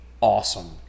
awesome